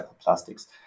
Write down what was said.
plastics